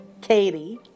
Katie